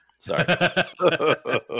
Sorry